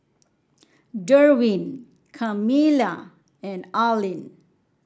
Derwin Camila and Arlene